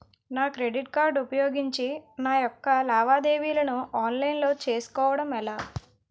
నా credit card ఉపయోగించి నా యెక్క లావాదేవీలను ఆన్లైన్ లో చేసుకోవడం ఎలా?